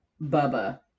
Bubba